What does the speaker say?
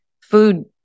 food